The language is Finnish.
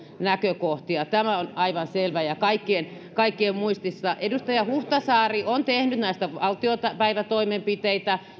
näkökohtia tämä on aivan selvä ja kaikkien kaikkien muistissa edustaja huhtasaari on tehnyt näistä valtiopäivätoimenpiteitä